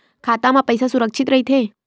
खाता मा पईसा सुरक्षित राइथे?